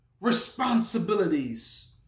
responsibilities